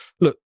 look